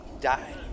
die